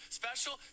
special